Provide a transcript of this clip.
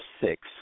six